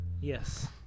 Yes